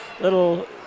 little